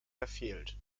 verfehlt